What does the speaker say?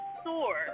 soar